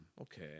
Okay